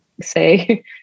say